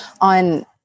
on